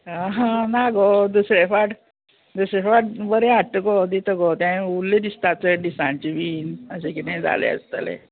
आं ना गो दुसरे फाट दुसरे फाट बरें हाडटा गो दिता गो तें उल्लें दिसता चड दिसांचें बीन अशें किदें जालें आसतलें